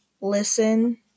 listen